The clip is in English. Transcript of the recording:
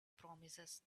promises